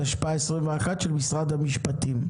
התשפ"א-2021 של משרד המשפטים.